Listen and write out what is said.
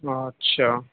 اچھا